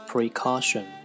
Precaution